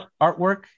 artwork